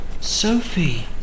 Sophie